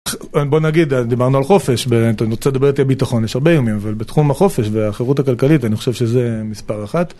בוא נגיד, דיברנו על חופש, אתה רוצה לדבר איתי על ביטחון, יש הרבה איומים, אבל בתחום החופש והחבות הכלכלית אני חושב שזה מספר אחת.